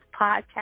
podcast